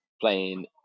playing